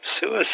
suicide